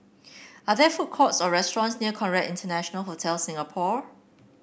are there food courts or restaurants near Conrad International Hotel Singapore